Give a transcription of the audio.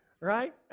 Right